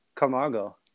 Camargo